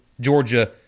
Georgia